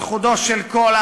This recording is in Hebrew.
על חודו של קול,